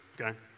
okay